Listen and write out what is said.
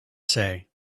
say